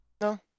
No